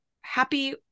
happy